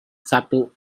satu